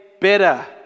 better